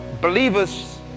believers